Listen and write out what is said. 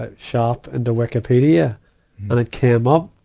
ah shop in the wikipedia, and it came up.